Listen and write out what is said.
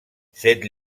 cette